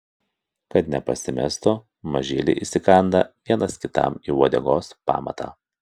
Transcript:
kad nepasimestų mažyliai įsikanda vienas kitam į uodegos pamatą